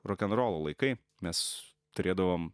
rokenrolo laikai mes turėdavom